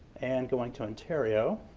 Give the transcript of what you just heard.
and going to ontario